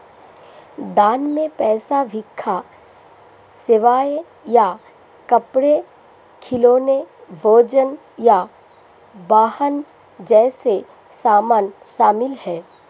दान में पैसा भिक्षा सेवाएं या कपड़े खिलौने भोजन या वाहन जैसे सामान शामिल हैं